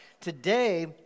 Today